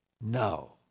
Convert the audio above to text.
no